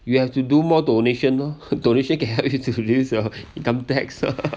you have to do more donation lah donation can help you to reduce your income tax